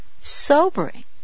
sobering